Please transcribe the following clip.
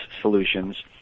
solutions